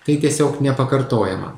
tai tiesiog nepakartojama